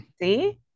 See